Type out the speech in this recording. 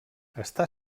està